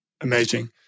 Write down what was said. Amazing